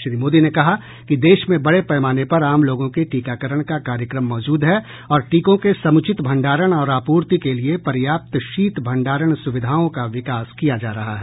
श्री मोदी ने कहा कि देश में बड़े पैमाने पर आम लोगों के टीकाकरण का कार्यक्रम मौजूद है और टीकों के समूचित भंडारण और आपूर्ति के लिए पर्याप्त शीत भंडारण सुविधाओं का विकास किया जा रहा है